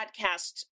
podcast